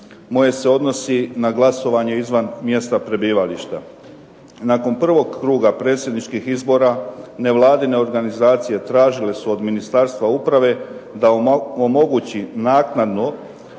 moje se odnosi na glasovanje izvan mjesta prebivališta. Nakon prvog kruga predsjedničkih izbora, nevladine organizacije tražile su od Ministarstva uprave da omogući naknadno